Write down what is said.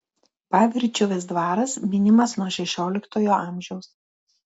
pavirčiuvės dvaras minimas nuo šešioliktojo amžiaus